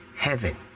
Heaven